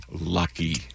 lucky